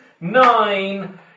nine